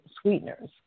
sweeteners